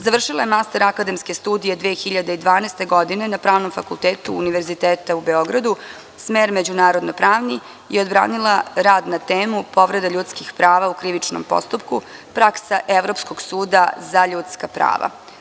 Završila je master akademske studije 2012. godine na Pravnom fakultetu Univerziteta u Beogradu, smer međunarodno-pravni i odbranila rad na temu – Povreda ljudskih prava u krivičnom postupku, praksa Evropskog suda za ljudska prava.